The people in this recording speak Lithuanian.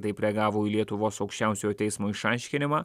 taip reagavo į lietuvos aukščiausiojo teismo išaiškinimą